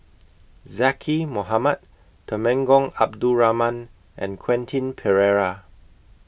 Zaqy Mohamad Temenggong Abdul Rahman and Quentin Pereira